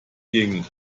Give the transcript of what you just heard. gegend